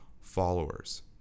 followers